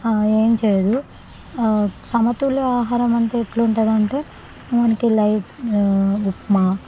ఆ ఏం చేయదు సమతుల్య ఆహారం అంటే ఎట్లా ఉంటుందంటే మనకి లైట్ ఉప్మా